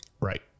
Right